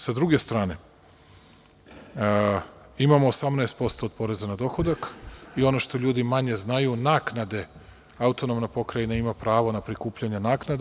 Sa druge strane, imamo 18% poreza na dohodak i ono što ljudi manje znaju naknade AP Vojvodine ima pravo na prikupljanje naknada.